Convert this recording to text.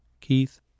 Keith